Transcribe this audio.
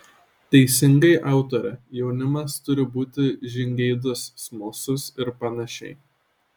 teisingai autore jaunimas turi būti žingeidus smalsus ir panašiai